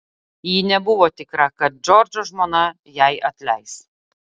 ji nebuvo tikra kad džordžo žmona jai atleis